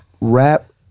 Rap